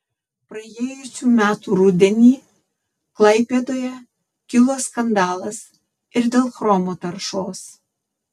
praėjusių metų rudenį klaipėdoje kilo skandalas ir dėl chromo taršos